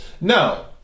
No